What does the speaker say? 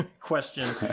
question